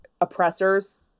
oppressors